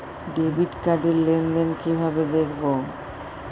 Debit card র লেনদেন কিভাবে দেখবো?